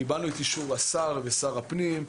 קיבלנו את אישור השר ושר הפנים.